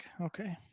Okay